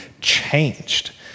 changed